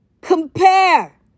compare